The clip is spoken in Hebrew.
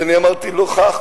אז אני אמרתי לו כך,